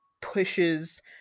pushes